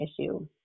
issue